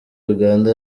uganda